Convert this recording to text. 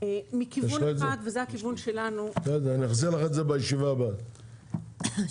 הכיוון העקרוני וזה לא עולה רק בתעבורה,